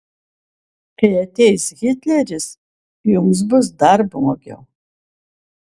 kai ateis hitleris jums bus dar blogiau